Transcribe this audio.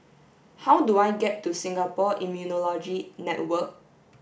how do I get to Singapore Immunology Network